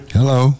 Hello